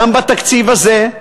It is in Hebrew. גם בתקציב הזה,